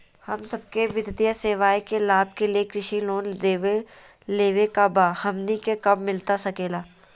हम सबके वित्तीय सेवाएं के लाभ के लिए कृषि लोन देवे लेवे का बा, हमनी के कब मिलता सके ला?